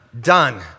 done